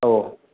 औ